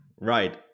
Right